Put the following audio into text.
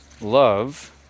love